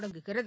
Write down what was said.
தொடங்குகிறது